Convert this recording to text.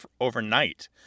overnight